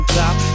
top